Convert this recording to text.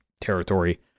territory